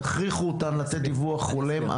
תכריחו אותם לתת דיווח הולם,